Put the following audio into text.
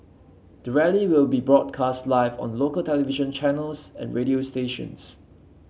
the rally will be broadcast live on local television channels and radio stations